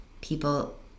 people